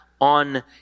on